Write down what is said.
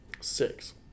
Six